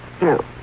No